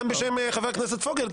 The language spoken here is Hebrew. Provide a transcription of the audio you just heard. גם בשם חבר הכנסת פוגל,